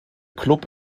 club